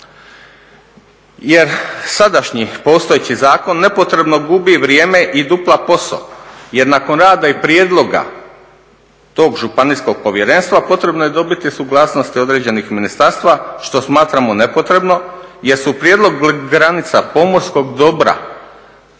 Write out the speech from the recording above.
Jer sadašnji postojeći zakon nepotrebno gubi vrijeme i dupla posao jer nakon rada i prijedloga tog županijskog povjerenstva potrebno je dobiti suglasnosti određenih ministarstva što smatramo nepotrebno jer su prijedlog granica pomorskog dobra